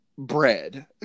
Bread